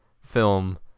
film